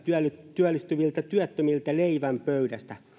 työllistyviltä työttömiltä leivän pöydästä